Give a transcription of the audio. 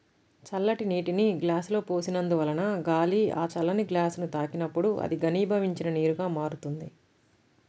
చల్లటి నీటిని గ్లాసులో పోసినందువలన గాలి ఆ చల్లని గ్లాసుని తాకినప్పుడు అది ఘనీభవించిన నీరుగా మారుతుంది